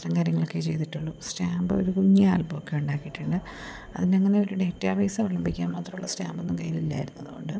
അത്തരം കാര്യങ്ങളൊക്കെയേ ചെയ്തിട്ടുള്ളു സ്റ്റാമ്പ് ഒരു കുഞ്ഞ് ആൽബമൊക്കെ ഉണ്ടാക്കിയിട്ടുണ്ട് അതിനങ്ങനെ ഒരു ഡേറ്റബേസ് പിടിപ്പിക്കാൻ മാത്രമുള്ള സ്റ്റാമ്പൊന്നും കയ്യിലില്ലായിരുന്നു അതുകൊണ്ട്